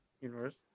universe